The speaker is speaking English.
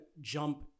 jump